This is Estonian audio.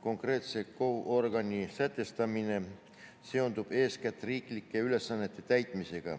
konkreetse KOV-i organi sätestamine seondub eeskätt riiklike ülesannete täitmisega